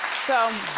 so.